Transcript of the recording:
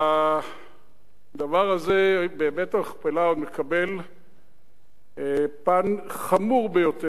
הדבר הזה בבית-המכפלה עוד מקבל פן חמור ביותר,